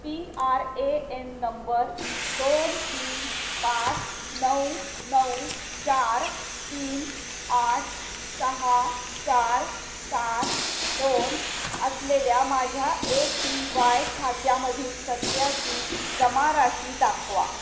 P R A N number दोन तीन पाच नऊ नऊ चार तीन आठ सहा चार सात दोन असलेल्या माझ्या ए पी वाय खात्यामधील सध्याची जमा राशी दाखवा